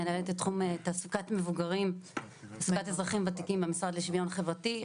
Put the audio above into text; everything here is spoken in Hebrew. מנהלת התחום לתעסוקת אזרחים וותיקים במשרד לשוויון החברתי.